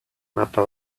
mapa